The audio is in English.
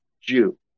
Jew